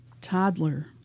toddler